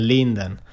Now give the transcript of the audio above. Linden